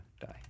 Die